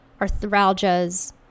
arthralgias